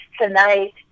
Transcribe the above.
tonight